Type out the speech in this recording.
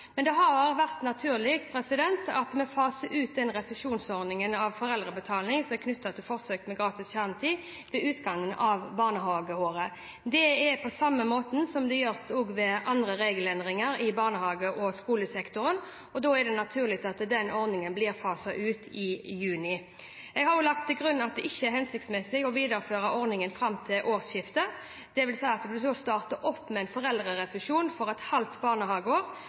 Men det har vært naturlig at vi faser ut den refusjonsordningen av foreldrebetaling som er knyttet til forsøk med gratis kjernetid ved utgangen av barnehageåret. Det er slik det gjøres ved andre regelendringer i barnehage- og skolesektoren, og da er det naturlig at den ordningen blir faset ut i juni. Jeg har også lagt til grunn at det ikke er hensiktsmessig å videreføre ordningen fram til årsskiftet, dvs. å starte opp med foreldrerefusjon for et halvt barnehageår